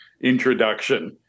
introduction